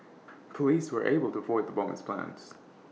Police were able to foil the bomber's plans